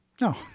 No